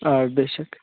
آ بے شَک